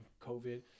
COVID